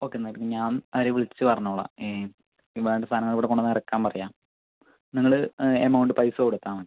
okay madam ഞാൻ അവരെ വിളിച്ച് പറഞ്ഞോളാം ഈ വേണ്ട സാധനങ്ങൾ ഇവിടെ കൊണ്ടുവന്ന് ഇറക്കാൻ പറയുക നിങ്ങള് എമൗണ്ട് പൈസ കൊടുത്താൽ മതി ഇപ്പോൾ